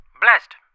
Blessed